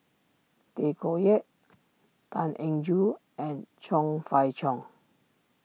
Tay Koh Yat Tan Eng Joo and Chong Fah Cheong